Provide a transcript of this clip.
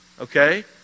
Okay